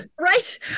right